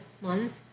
months